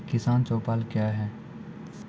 किसान चौपाल क्या हैं?